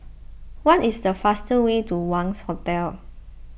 what is the fastest way to Wangz Hotel